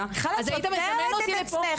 אז היית מזמן אותי לפה